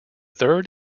third